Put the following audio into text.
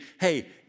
hey